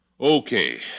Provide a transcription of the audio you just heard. Okay